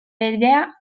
bidea